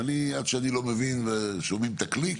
עד שאני לא מבין ושומעים את הקליק,